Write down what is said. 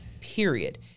period